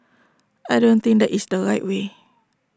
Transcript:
I don't think that is the right way